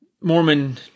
Mormon